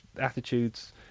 attitudes